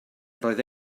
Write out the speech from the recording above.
roedd